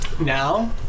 Now